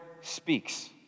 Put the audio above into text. speaks